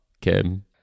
kim